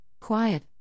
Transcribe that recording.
quiet